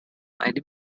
einem